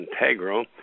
Integral